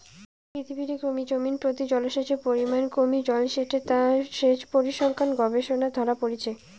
পৃথিবীরে ক্রমে জমিনপ্রতি জলসেচের পরিমান কমি আইসেঠে তা সেচ পরিসংখ্যান গবেষণারে ধরা পড়িচে